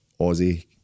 Aussie